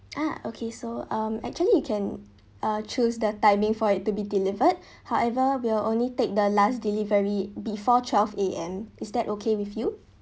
ah okay so um actually you can uh choose the timing for it to be delivered however we'll only take the last delivery before twelve A_M is that okay with you